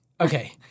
Okay